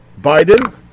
Biden